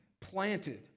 planted